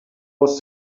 was